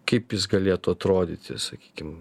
kaip jis galėtų atrodyti sakykim